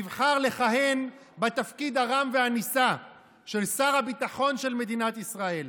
נבחר לכהן בתפקיד הרם והנישא של שר הביטחון של ישראל.